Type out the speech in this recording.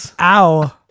Ow